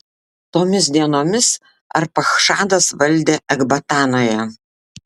tomis dienomis arpachšadas valdė ekbatanoje